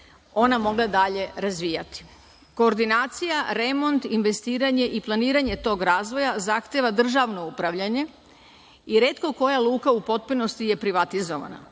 ona mogla dalje razvijati. Koordinacija, remont, investiranje i planiranje tog razvoja zahteva državno upravljanje i retko koja luka u potpunosti je privatizovana.